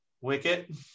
Wicket